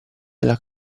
della